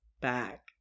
back